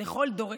לכל דורש,